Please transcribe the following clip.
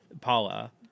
Paula